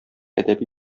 әдәби